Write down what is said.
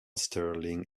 sterling